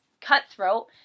cutthroat